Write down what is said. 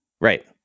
Right